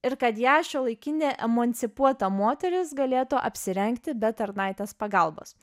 ir kad ją šiuolaikinė emancipuota moteris galėtų apsirengti be tarnaitės pagalbos